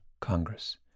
Congress